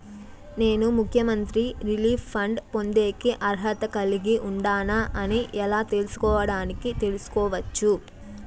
నేను ముఖ్యమంత్రి relief fund పొందేకి అర్హత కలిగి ఉండానా అని ఎలా తెలుసుకోవడానికి తెలుసుకోవచ్చు